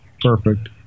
Perfect